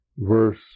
Verse